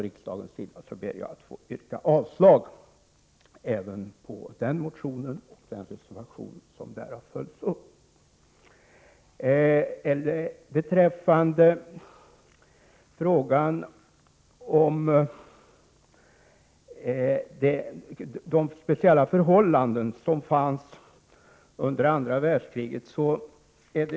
Nils Berndtson har förhandsaviserat att man skall återkomma till frågan om de speciella förhållanden som rådde under andra världskriget.